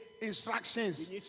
instructions